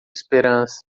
esperança